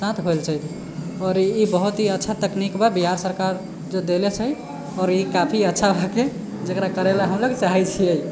साथ होइल छै आओर ई बहुत ही अच्छा तकनीक बा बिहार सरकार जे देले छै आओर ई काफी अच्छा हेकै जकरा करैलए हमसब चाहै छिए